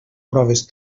proves